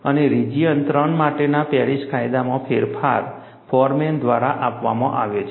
અને રિજિયન 3 માટેના પેરિસ કાયદામાં ફેરફાર ફોરમેન દ્વારા આપવામાં આવ્યો છે